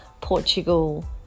Portugal